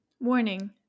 Warning